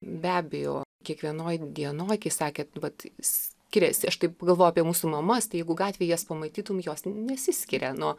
be abejo kiekvienoj dienoj kai sakėt vat skiriasi aš taip galvojau apie mūsų mamas tai jeigu gatvėj jas pamatytum jos nesiskiria nuo